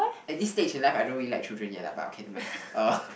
at this stage in life I don't really like children yet lah but okay never mind uh